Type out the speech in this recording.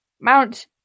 Mount